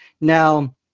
Now